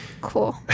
cool